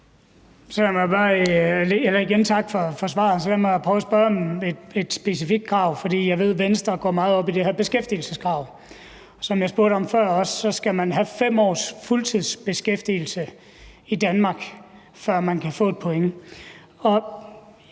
Tak for svaret. Så lad mig prøve at spørge til et specifikt krav, for jeg ved, at Venstre går meget op i det her beskæftigelseskrav. Som jeg også nævnte før, skal man have 5 års fuldtidsbeskæftigelse i Danmark, før man kan få et point.